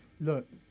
look